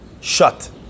shut